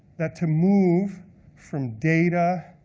that to move from data,